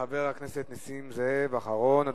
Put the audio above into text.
חבר הכנסת נסים זאב, אחרון הדוברים.